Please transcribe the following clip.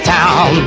town